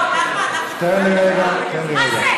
לא, נחמן, מה זה?